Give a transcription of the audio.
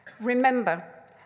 Remember